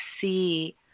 see